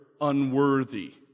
unworthy